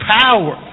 power